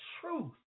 truth